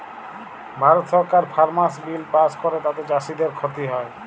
ভারত সরকার farmers bill pass ক্যরে তাতে চাষীদের খ্তি হ্যয়